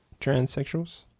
transsexuals